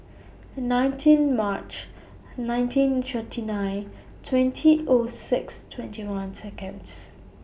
nineteen March nineteen thirty nine twenty O six twenty one Seconds